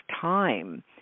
time